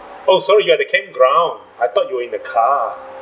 oh so you're in the campground I thought you were in the car